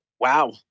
Wow